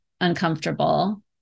uncomfortable